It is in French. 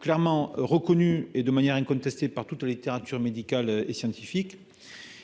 clairement reconnu et de manière incontesté par toute la littérature médicale et scientifique,